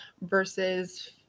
versus